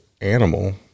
animal